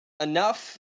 enough